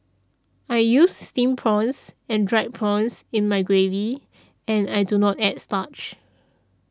I use Steamed Prawns and Dried Prawns in my gravy and I do not add starch